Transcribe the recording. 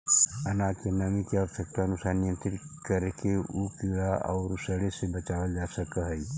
अनाज के नमी के आवश्यकतानुसार नियन्त्रित करके उ कीड़ा औउर सड़े से बचावल जा सकऽ हई